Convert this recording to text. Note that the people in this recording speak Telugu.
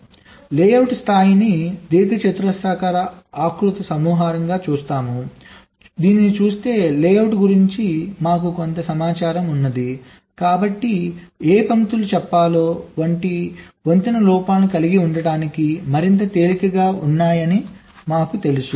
కాబట్టి లేఅవుట్ స్థాయిని దీర్ఘచతురస్రాకార ఆకృతుల సమాహారంగా చూస్తాము చూస్తే లేఅవుట్ గురించి మాకు కొంత సమాచారం ఉంది కాబట్టి ఏ పంక్తులు చెప్పాలో వంటి వంతెన లోపాలను కలిగి ఉండటానికి మరింత తేలికగా ఉన్నాయని తెలుసు